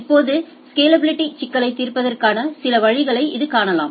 இப்போது ஸ்கேலாபிலிட்டி சிக்கல்களைத் தீர்ப்பதற்கான சில வழிகளை இது காணலாம்